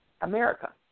America